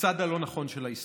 בצד הלא-נכון של ההיסטוריה.